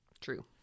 True